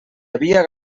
havia